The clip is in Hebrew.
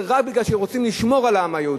רק מפני שהם רוצים לשמור על העם היהודי.